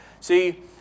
See